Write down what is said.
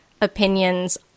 opinions